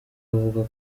avuga